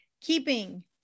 keeping